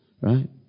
Right